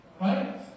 Right